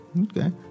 Okay